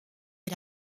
est